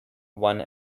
one